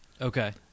Okay